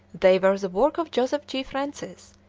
they were the work of joseph g. francis,